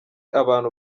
abantu